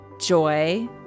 joy